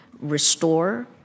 restore